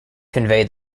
convey